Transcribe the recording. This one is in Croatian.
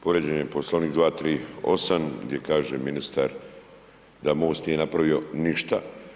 Povrijeđen je Poslovnik 238. gdje kaže ministar da MOST nije napravio ništa.